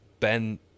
Ben